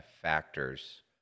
factors